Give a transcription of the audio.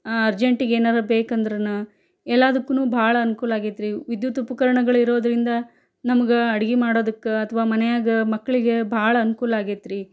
ಅರ್ಜೆಂಟಿಗೇನಾರೂ ಬೇಕೆಂದ್ರೂನು ಎಲ್ಲದಕ್ಕೂನು ಬಹಳ ಅನ್ಕೂಲ ಆಗೈತ್ರಿ ವಿದ್ಯುತ್ ಉಪಕರಣಗಳು ಇರೋದರಿಂದ ನಮ್ಗೆ ಅಡ್ಗೆ ಮಾಡೋದಕ್ಕೆ ಅಥ್ವಾ ಮನೆಯಾಗೆ ಮಕ್ಕಳಿಗೆ ಬಹಳ ಅನ್ಕೂಲ ಆಗೈತ್ರಿ